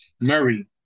Murray